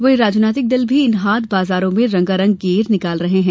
वहीं राजनीतिक दल भी इन हाट बाजारों में रंगारंग गेर निकाल रहे हैं